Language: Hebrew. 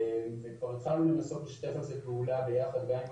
כבר התחלנו לנסות לשתף עם זה פעולה ביחד גם עם